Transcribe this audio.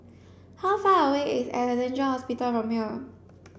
how far away is Alexandra Hospital from here